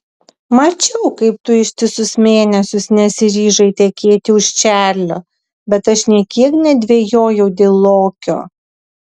mačiau kaip tu ištisus mėnesius nesiryžai tekėti už čarlio bet aš nė kiek nedvejojau dėl lokio